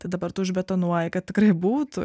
tai dabar tu užbetonuoji kad tikrai būtų